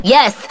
Yes